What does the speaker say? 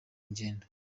ngendo